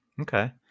Okay